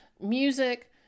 music